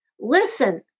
Listen